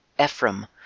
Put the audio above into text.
Ephraim